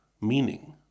meaning